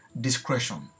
discretion